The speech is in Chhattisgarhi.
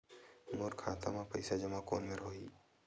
मोर खाता मा पईसा जमा कोन मेर होही?